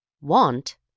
Want